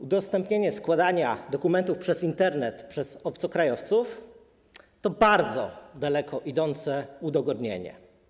Udostępnienie składania dokumentów przez Internet przez obcokrajowców to bardzo daleko idące udogodnienie.